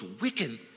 wicked